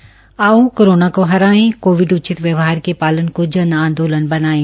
आओ कोरोना को हराए कोविड उचित व्यवहार के पालन को जन आंदोलन बनायें